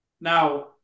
Now